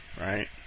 right